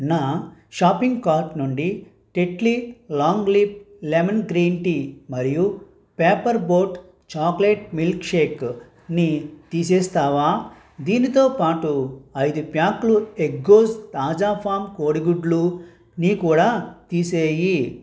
నా shopping cart నుండి Tetley long leaf lemon green tea మరియు పేపర్ బోట్ చాక్లెట్ మిల్క్ షేక్ని తీసేస్తావా దీనితో పాటు ఐదు ప్యాకులు ఎగ్గోజ్ తాజా ఫాం కోడి గుడ్లుని కూడా తీసేయి